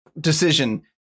decision